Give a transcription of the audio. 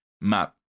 map